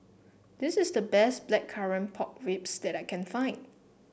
this is the best Blackcurrant Pork Ribs that I can find